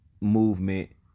movement